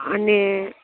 અને